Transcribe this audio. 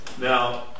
Now